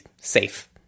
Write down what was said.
safe